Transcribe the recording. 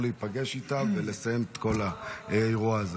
להיפגש איתה ולסיים את כל האירוע הזה.